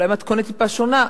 אולי במתכונת טיפה שונה.